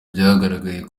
byagaragaye